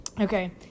Okay